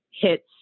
hits